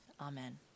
Amen